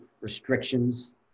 restrictions